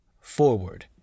Forward